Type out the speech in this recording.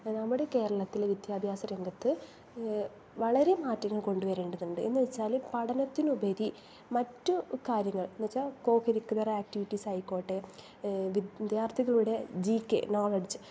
നമ്മുടെ കേരളത്തിലെ വിദ്യാഭ്യാസ രംഗത്ത് വളരെ മാറ്റങ്ങൾ കൊണ്ടു വരേണ്ടതുണ്ട് എന്ന് വച്ചാൽ പഠനത്തിനുപരി മറ്റ് കാര്യങ്ങൾ എന്ന് വച്ചാൽ കോകരിക്കുലർ ആക്റ്റിവിറ്റീസ് ആയിക്കോട്ടെ വിദ്യാർഥികളുടെ ജി കെ നോളജ്